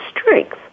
strength